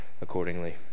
accordingly